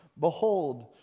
behold